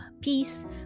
peace